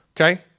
okay